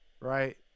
right